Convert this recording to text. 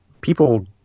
people